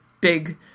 big